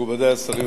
מכובדי השרים,